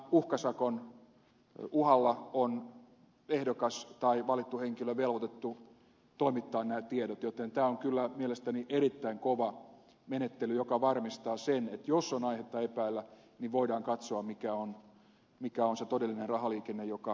uhkasakon uhalla on ehdokas tai valittu henkilö velvoitettu toimittamaan nämä tiedot joten tämä on kyllä mielestäni erittäin kova menettely joka varmistaa sen että jos on aihetta epäillä niin voidaan katsoa mikä on se todellinen rahaliikenne joka